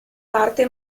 parte